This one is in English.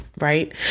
Right